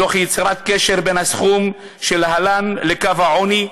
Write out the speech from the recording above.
תוך יצירת קשר בין הסכום שלהן לקו העוני,